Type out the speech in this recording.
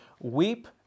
weep